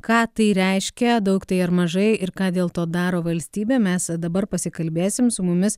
ką tai reiškia daug tai ar mažai ir ką dėl to daro valstybė mes dabar pasikalbėsim su mumis